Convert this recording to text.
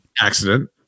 Accident